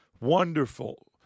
Wonderful